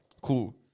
Cool